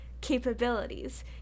capabilities